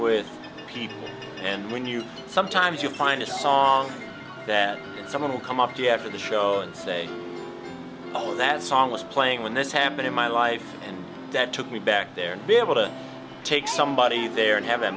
with people and when you sometimes you find a song that someone will come up to after the show and say oh that song was playing when this happened in my life and that took me back there and be able to take somebody there and have a